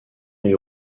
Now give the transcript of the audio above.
les